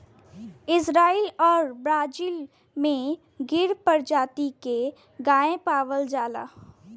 Israel आउर Brazil में गिर परजाती के गाय पावल जाला